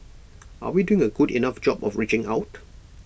are we doing A good enough job of reaching out